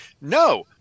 no